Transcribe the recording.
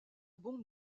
bombe